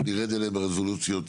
אנחנו נרד אליהן לרזולוציות.